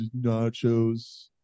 nachos